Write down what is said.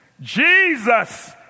Jesus